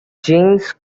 genes